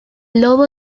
lobo